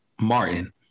Martin